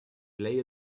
play